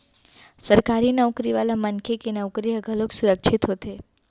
सरकारी नउकरी वाला मनखे के नउकरी ह घलोक सुरक्छित होथे